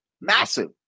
Massive